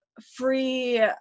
free